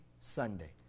Sunday